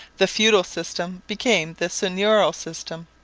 the feudal system became the seigneurial system.